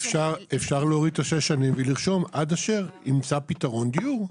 אפשר להוריד את השש שנים ולרשום עד אשר ימצא פתרון דיור.